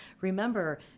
Remember